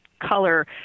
color